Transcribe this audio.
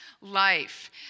Life